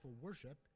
worship